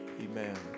Amen